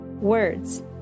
Words